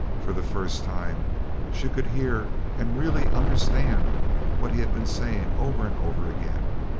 for the first time she could hear and really understand what he had been saying over and over again.